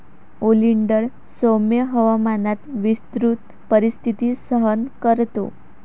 oleander सौम्य हवामानात विस्तृत परिस्थिती सहन करतो